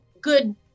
good